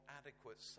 adequate